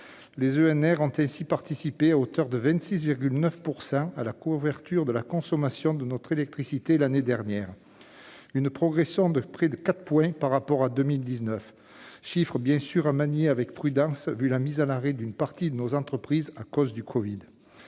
Les EnR ont ainsi participé, à hauteur de 26,9 %, à la couverture de la consommation de notre électricité l'année dernière. Il s'agit d'une progression de près de quatre points par rapport à 2019, mais c'est un chiffre à manier avec prudence au vu de la mise à l'arrêt d'une partie de nos entreprises pour cause de covid.